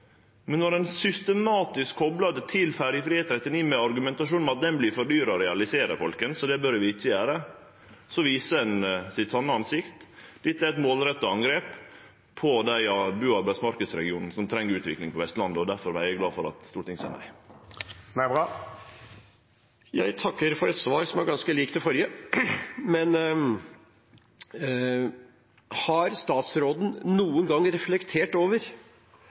men når ein systematisk koplar det til ferjefri E39 med argumentasjonen at den vert for dyr å realisere, så det bør vi ikkje gjere, viser ein sitt sanne ansikt. Dette er eit målretta angrep på dei bu- og arbeidsmarknadsregionane som treng utvikling på Vestlandet, og difor er eg glad for at Stortinget seier nei. Jeg takker for et svar som var ganske likt det forrige. Har statsråden noen gang reflektert over